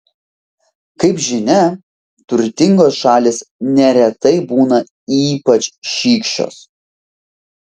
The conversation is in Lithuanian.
kaip žinia turtingos šalys neretai būna ypač šykščios